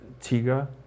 Tiga